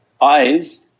eyes